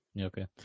Okay